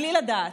בלי לדעת,